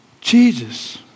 Jesus